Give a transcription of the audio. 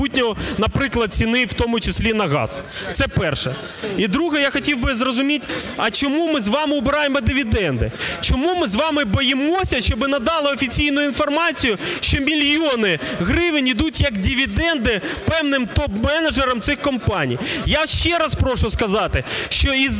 наприклад, ціни у тому числі на газ. Це перше. І друге. Я хотів би зрозуміти, а чому ми з вами убираємо дивіденди? Чому ми з вами боїмося, щоб надали офіційну інформацію, що мільйони гривень ідуть як дивіденди певним топ-менеджерам цих компаній. Я ще раз прошу сказати, що із